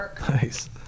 Nice